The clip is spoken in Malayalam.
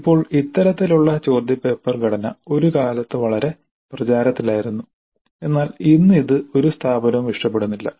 ഇപ്പോൾ ഇത്തരത്തിലുള്ള ചോദ്യപേപ്പർ ഘടന ഒരു കാലത്ത് വളരെ പ്രചാരത്തിലായിരുന്നു എന്നാൽ ഇന്ന് ഇത് ഒരു സ്ഥാപനവും ഇഷ്ടപ്പെടുന്നില്ല